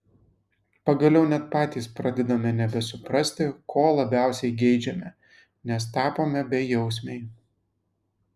pagaliau net patys pradedame nebesuprasti ko labiausiai geidžiame nes tapome bejausmiai